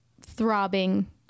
throbbing